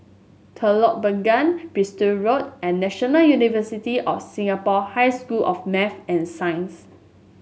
Telok Blangah Bristol Road and National University of Singapore High School of Math and Science